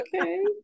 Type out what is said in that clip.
Okay